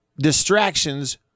distractions